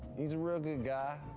he's a real good guy,